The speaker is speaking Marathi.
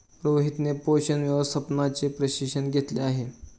रोहितने पोषण व्यवस्थापनाचे प्रशिक्षण घेतले आहे